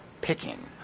picking